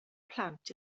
plant